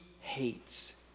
hates